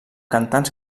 cantants